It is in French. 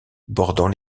bordant